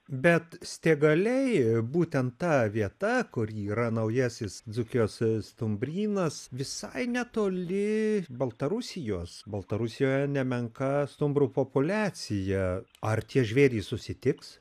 bet stėgaliai būtent ta vieta kur yra naujasis dzūkijos stumbrynas visai netoli baltarusijos baltarusijoje nemenka stumbrų populiacija ar tie žvėrys susitiks